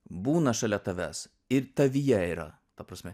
būna šalia tavęs ir tavyje yra ta prasme